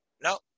No